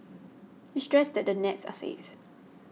he stressed that the nets are safe